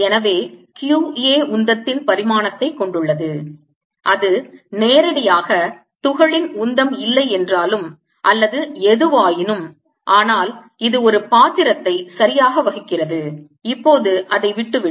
எனவே q A உந்தத்தின் பரிமாணத்தைக் கொண்டுள்ளது அது நேரடியாக துகளின் உந்தம் இல்லை என்றாலும் அல்லது எதுவாயினும் ஆனால் இது ஒரு பாத்திரத்தை சரியாக வகிக்கிறது இப்போது அதை விட்டுவிடும்